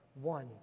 one